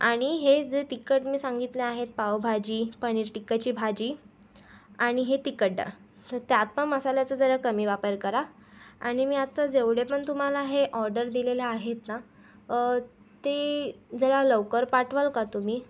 आणि हे जे तिखट मी सांगितले आहेत पावभाजी पनीर टिक्काची भाजी आणि हे तिखट डाळ तर त्यात पण मसाल्याचा जरा कमी वापर करा आणि मी आता जेवढे पण तुम्हाला हे ऑर्डर दिलेलं आहेत ना ते जरा लवकर पाठवाल का तुम्ही